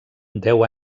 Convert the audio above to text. deu